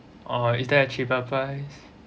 oh is there a cheaper price